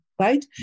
right